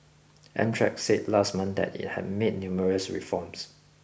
Amtrak said last month that it had made numerous reforms